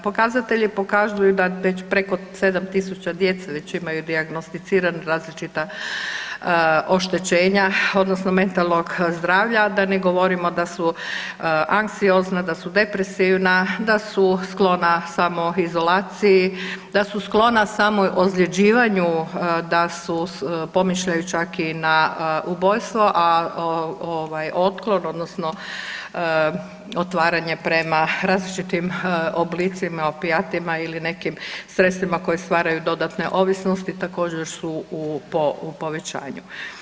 Pokazatelji pokazuju da već preko 7000 djece već imaju dijagnosticirana različita oštećenja odnosno mentalnog zdravlja, da ne govorimo da su anksiozne, da su depresivna, da su sklona samoizolaciji, da su sklona samoozljeđivanju, da su, pomišljaju čak i na ubojstvo, a ovaj, otklon, odnosno otvaranje prema različitim oblicima, opijatima ili nekim sredstvima koje stvaraju dodatne ovisnosti, također su u povećanju.